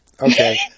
Okay